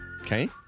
Okay